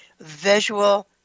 visual